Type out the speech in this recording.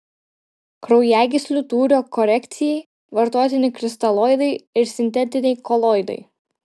kraujagyslių tūrio korekcijai vartotini kristaloidai ir sintetiniai koloidai